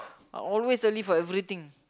I always early for everything